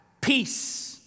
peace